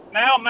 now